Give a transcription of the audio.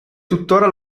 tuttora